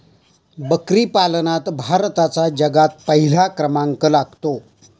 बकरी पालनात भारताचा जगात पहिला क्रमांक लागतो